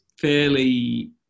fairly